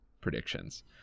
predictions